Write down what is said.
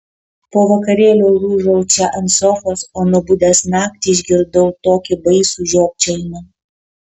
po vakarėlio lūžau čia ant sofos o nubudęs naktį išgirdau tokį baisų žiopčiojimą